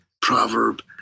proverb